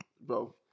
bro